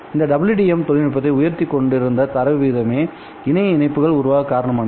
இந்த WDM தொழில்நுட்பத்தை உயர்த்திக் கொண்டிருந்த தரவு வீதமே இணைய இணைப்புகள் உருவாக காரணமானது